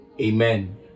Amen